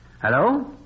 Hello